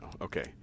Okay